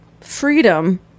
freedom